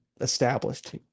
established